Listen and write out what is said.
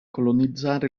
colonizzare